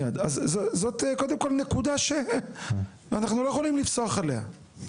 זאת קודם כל נקודה שאנחנו לא יכולים לפסוח עליה.